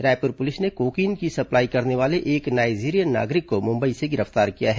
Raipur police ने cocaine की supply करने वाले एक नाइजीरियन नागरिक को मुंबई से गिरफ्तार किया है